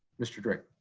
mr. drake.